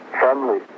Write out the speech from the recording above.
family